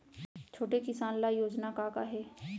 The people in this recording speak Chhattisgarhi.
छोटे किसान ल योजना का का हे?